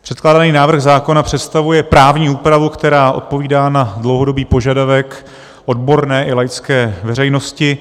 Předkládaný návrh zákona představuje právní úpravu, která odpovídá na dlouhodobý požadavek odborné i laické veřejnosti.